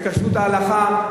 וכשרות ההלכה,